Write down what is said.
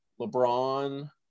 LeBron